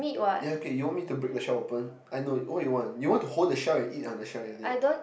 yea okay you want me to break the shell open I know what you want you want to hold the shell and eat on the shell is it